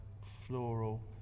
floral